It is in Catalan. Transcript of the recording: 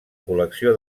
col·lecció